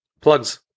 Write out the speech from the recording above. Plugs